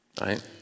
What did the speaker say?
right